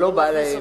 אבל לא בא להן.